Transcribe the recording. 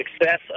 success